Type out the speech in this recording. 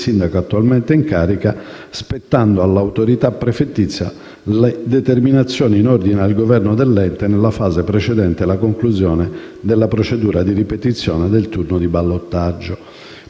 sindaco attualmente in carica, spettando all'Autorità prefettizia le determinazioni in ordine al governo dell'ente nella fase precedente la conclusione della procedura di ripetizione del turno di ballottaggio».